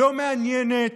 לא מעניינת,